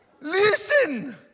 Listen